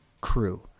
crew